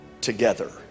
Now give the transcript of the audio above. together